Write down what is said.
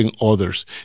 Others